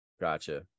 Gotcha